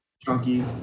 Chunky